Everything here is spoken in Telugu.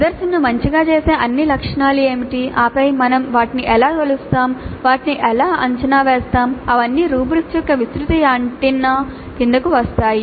ప్రదర్శనను మంచిగా చేసే అన్ని లక్షణాలు ఏమిటి ఆపై మేము వాటిని ఎలా కొలుస్తాము వాటిని ఎలా అంచనా వేస్తాము అవన్నీ రుబ్రిక్స్ యొక్క విస్తృత యాంటెన్నా కిందకు వస్తాయి